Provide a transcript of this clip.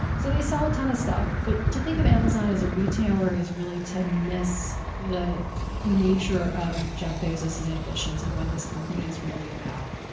so they sell a ton of stuff, but to think of amazon as a retailer is really to miss the nature of jeff bezos' ambitions and what this company is really about.